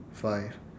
five